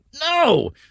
No